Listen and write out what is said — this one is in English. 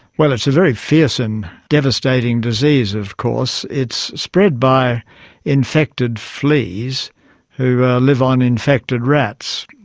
well, it's a very fierce and devastating disease of course. it's spread by infected fleas who live on infected rats.